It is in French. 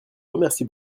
remercie